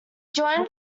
joined